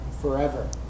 forever